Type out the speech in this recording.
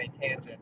tangent